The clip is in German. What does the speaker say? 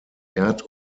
erd